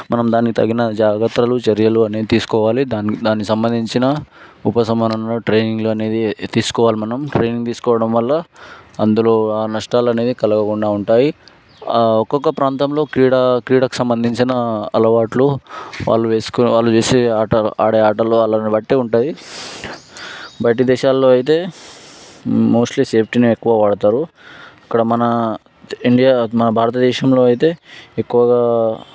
మనం దానికి తగిన జాగ్రత్తలు చర్యలు అనేవి తీసుకోవాలి దానికి దాని సంబంధించిన ఉపసంహరణలు ట్రైనింగ్ అనేది తీసుకోవాలి మనం ట్రైనింగ్ తీసుకోవడం వల్ల అందులో నష్టాలు అనేవి కలవకుండా ఉంటాయి ఒక్కొక్క ప్రాంతంలో క్రీడ క్రీడకు సంబంధించిన అలవాట్లు వాళ్ళు వేసుకునే వాళ్ళు చేసే ఆట ఆడే ఆటలను బట్టి ఉంటాయి బయట దేశాలలో అయితే మోస్ట్లీ సేఫ్టీనే ఎక్కువ వాడుతారు ఇక్కడ మన ఇండియా మన భారతదేశంలో అయితే ఎక్కువగా